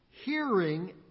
hearing